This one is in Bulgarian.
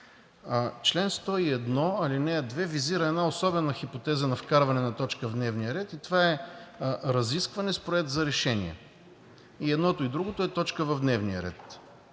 Член 101, ал. 2 визира една особена хипотеза на вкарване на точка в дневния ред и това е разискване с проект за решение – и едното, и другото е точка в дневния ред.